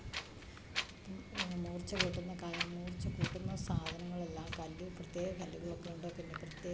ഇപ്പം മൂർച്ച കൂട്ടുന്ന മൂർച്ച കൂട്ടുന്ന സാധനങ്ങളെല്ല കല്ല് പ്രത്യേക കല്ലുകൾ ഒക്കെയുണ്ട് പിന്നെ പ്രത്യേക